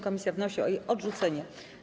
Komisja wnosi o jej odrzucenie.